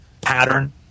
pattern